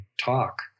talk